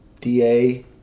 DA